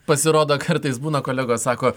pasirodo kartais būna kolegos sako